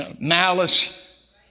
malice